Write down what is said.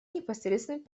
непосредственным